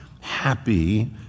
happy